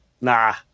nah